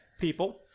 people